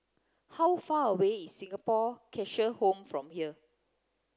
how far away is Singapore Cheshire Home from here